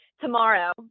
tomorrow